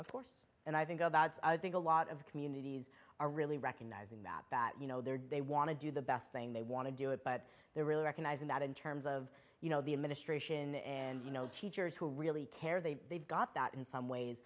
force and i think i think a lot of communities are really recognizing that you know they're they want to do the best thing they want to do it but they're really recognizing that in terms of you know the administration and you know teachers who really care they they've got that in some ways